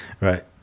Right